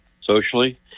socially